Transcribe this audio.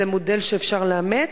זה מודל שאפשר לאמץ.